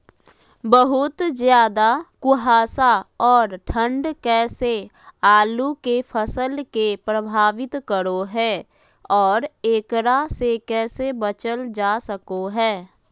बहुत ज्यादा कुहासा और ठंड कैसे आलु के फसल के प्रभावित करो है और एकरा से कैसे बचल जा सको है?